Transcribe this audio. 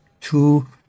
two